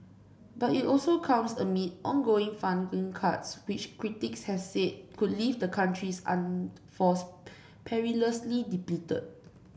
but it also comes amid ongoing funding cuts which critics have said could leave the country's armed forces perilously depleted